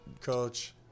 Coach